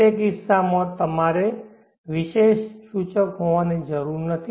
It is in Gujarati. તે કિસ્સામાં તમારે વિશેષ સૂચક હોવાની જરૂર નથી